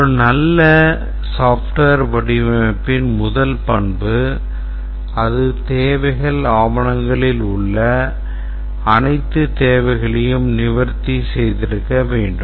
ஒரு நல்ல software வடிவமைப்பின் முதல் பண்பு அது தேவைகள் ஆவணங்களில் உள்ள அனைத்து தேவைகளையும் நிவர்த்தி செய்திருக்க வேண்டும்